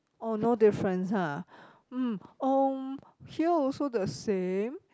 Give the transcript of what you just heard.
oh no difference ha mm um here also the same